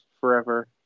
forever